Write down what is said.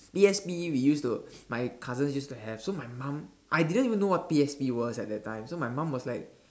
P_S_P we used to my cousin used to have so my mom I didn't even know what P_S_P was at that time so my mom was like